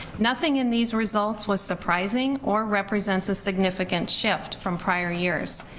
nothing in these results was surprising or represents a significant shift from prior years.